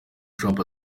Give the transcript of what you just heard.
trump